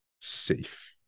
safe